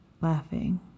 laughing